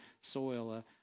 soil